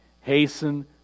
hasten